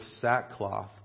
sackcloth